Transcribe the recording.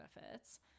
benefits